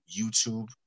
YouTube